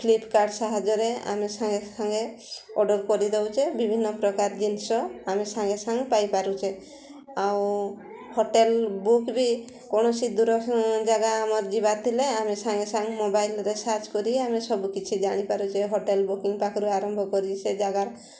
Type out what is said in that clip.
Flipkart ସାହାଯ୍ୟରେ ଆମେ ସାଙ୍ଗେ ସାଙ୍ଗେ ଅର୍ଡ଼ର କରିଦଉଛେ ବିଭିନ୍ନ ପ୍ରକାର ଜିନିଷ ଆମେ ସାଙ୍ଗେ ସାଙ୍ଗେ ପାଇପାରୁଛେ ଆଉ ହୋଟେଲ୍ ବୁକ୍ ବି କୌଣସି ଦୂର ଜାଗା ଆମର ଯିବାର ଥିଲେ ଆମେ ସାଙ୍ଗେ ସାଙ୍ଗେ ମୋବାଇଲ୍ରେ ସାର୍ଚ କରି ଆମେ ସବୁକିଛି ଜାଣିପାରୁଛେ ହୋଟେଲ ବୁକିଂ ପାଖରୁ ଆରମ୍ଭ କରି ସେ ଜାଗାର